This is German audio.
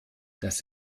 das